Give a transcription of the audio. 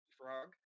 frog